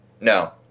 No